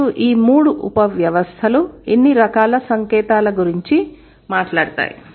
మరియు ఈ మూడు ఉపవ్యవస్థలు కొన్ని రకాల సంకేతాల గురించి మాట్లాడతాయి